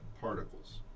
particles